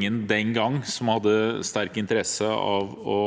som den gang hadde sterk interesse av å